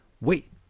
wait